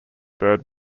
bird